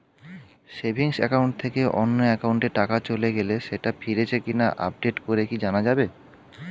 Savings account থেকে অন্য একাউন্টে টাকা চলে গেছে সেটা ফিরেছে কিনা আপডেট করে কি জানা যাবে?